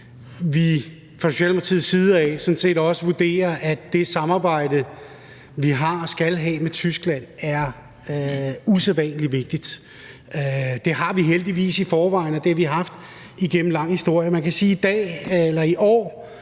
vurderer, at det samarbejde, vi har og skal have med Tyskland, er usædvanlig vigtigt. Samarbejdet har vi heldigvis i forvejen, og det har vi haft igennem en lang historie.